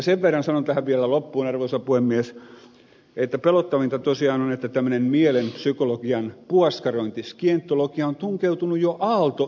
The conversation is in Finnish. sen verran sanon vielä tähän loppuun arvoisa puhemies että pelottavinta tosiaan on että tämmöinen mielen psykologian puoskarointi skientologia on tunkeutunut jo aalto yliopistoon